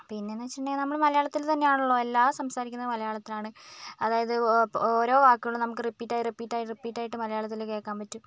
പിന്നെ എന്ന് വെച്ചിട്ടുണ്ടെങ്കിൽ നമ്മൾ മലയാളത്തിൽ തന്നെ ആണല്ലോ എല്ലാം സംസാരിക്കുന്നത് മലയാളത്തിലാണ് അതായത് ഓരോ വാക്കുകളും നമുക്ക് റിപ്പീറ്റ് ആയി റിപ്പീറ്റ് ആയി റിപ്പീറ്റ് ആയിട്ട് മലയാളത്തിൽ കേൾക്കാൻ പറ്റും